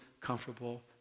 comfortable